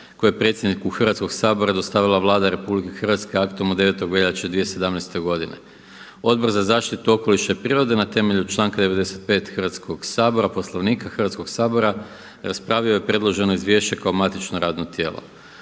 koje je predsjedniku Hrvatskoga sabora dostavila Vlada RH aktom od 9. veljače 2017. godine. Odbor za zaštitu okoliša i prirode na temelju članka 95. Hrvatskoga sabora, Poslovnika Hrvatskoga sabora raspravio je predloženo izvješće kao matično radno tijelo.